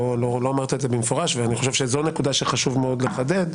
לא אמרת את זה במפורש ואני חושב שזו נקודה שחשוב מאוד לחדד,